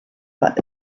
but